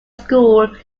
school